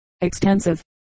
extensive